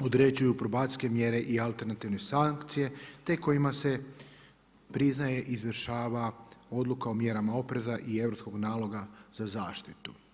određuju probacijske mjere i alternativne sankcije te kojima se priznaje i izvršava odluka o mjerama opreza i europskog naloga za zaštitu.